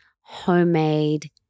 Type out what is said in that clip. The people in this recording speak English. homemade